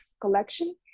collection